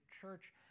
church